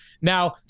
Now